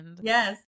Yes